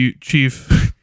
Chief